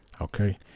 okay